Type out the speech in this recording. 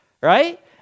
right